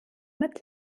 mit